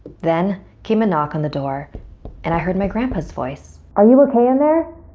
then came a knock on the door and i heard my grandpa's voice, are you okay in there?